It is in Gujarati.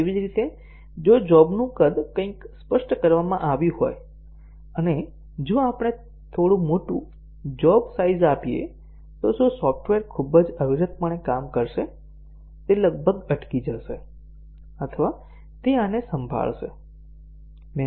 તેવી જ રીતે જો જોબનું કદ કંઈક સ્પષ્ટ કરવામાં આવ્યું હોય અને જો આપણે થોડું મોટું જોબ સાઈઝ આપીએ તો શું સોફ્ટવેર ખૂબ જ અવિરતપણે કામ કરશે તે લગભગ અટકી જશે અથવા તે આને સંભાળશે